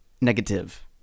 Negative